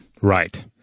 right